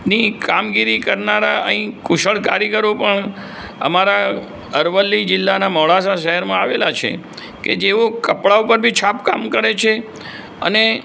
ની કામગીરી કરનારા અહીં કુશળ કારીગરો પણ અમારા અરવલ્લી જીલ્લાનાં મોડાસા શહેરમાં આવેલા છે કે જેઓ કપડા ઉપર બી છાપ કામ કરે છે અને